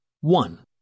One